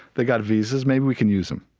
they got visas, maybe we can use em.